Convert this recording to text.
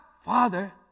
father